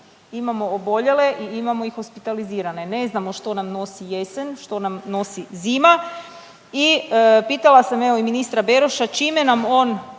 imamo oboljele i imamo i hospitalizirane. Ne znamo što nam nosi jesen, što nam nosi zima. I pitala sam evo i ministra Beroša čime nam on